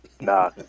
Nah